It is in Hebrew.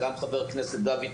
וגם את ידי חבר הכנסת דוידסון,